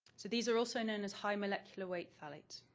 so these are also known as high molecular weight phthalates.